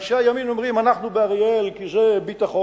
ואנשי הימין אומרים: אנחנו באריאל כי זה ביטחון,